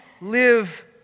live